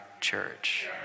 church